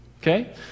okay